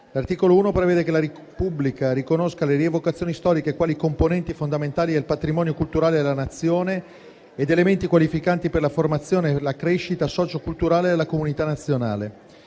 L'articolo 1 prevede che la Repubblica riconosca le rievocazioni storiche quali componenti fondamentali del patrimonio culturale della Nazione ed elementi qualificanti per la formazione e la crescita socioculturale della comunità nazionale.